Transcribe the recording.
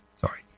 sorry